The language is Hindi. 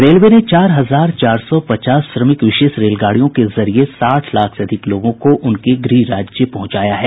रेलवे ने चार हजार चार सौ पचास श्रमिक विशेष रेलगाडियों के जरिये साठ लाख से अधिक लोगों को उनके गृह राज्य पहुंचाया है